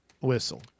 whistle